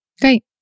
Great